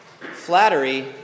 Flattery